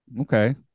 Okay